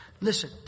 Listen